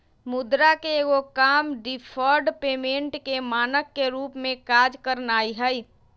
मुद्रा के एगो काम डिफर्ड पेमेंट के मानक के रूप में काज करनाइ हइ